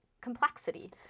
complexity